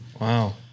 Wow